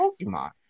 Pokemon